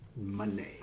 money